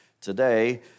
today